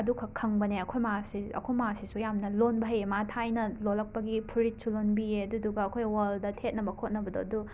ꯑꯗꯨ ꯈꯛ ꯈꯪꯕꯅꯦ ꯑꯩꯈꯣꯏ ꯃꯥꯁꯦ ꯑꯩꯈꯣꯏ ꯃꯥꯁꯤꯁꯨ ꯌꯥꯝꯅ ꯂꯣꯟꯕ ꯍꯩꯌꯦ ꯃꯥ ꯊꯥꯏꯅ ꯂꯣꯜꯂꯛꯄꯒꯤ ꯐꯨꯔꯤꯠꯁꯨ ꯂꯣꯟꯕꯤꯌꯦ ꯑꯗꯨꯗꯨꯒ ꯑꯩꯈꯣꯏ ꯋꯜꯗ ꯊꯦꯠꯅ ꯈꯣꯠꯅꯕꯗꯣ ꯑꯗꯨ